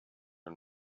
and